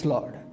Lord